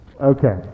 Okay